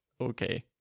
okay